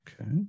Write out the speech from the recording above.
Okay